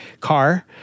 car